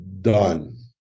done